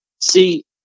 see